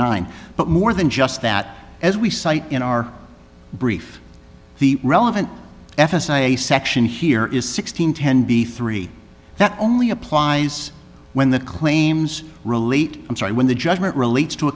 nine but more than just that as we cite in our brief the relevant f s a section here is six hundred ten b three that only applies when the claims relate i'm sorry when the judgment relates to